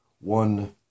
one